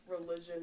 religion